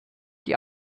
die